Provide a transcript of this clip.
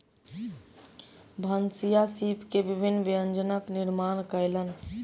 भनसिया सीप के विभिन्न व्यंजनक निर्माण कयलैन